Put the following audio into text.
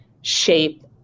shape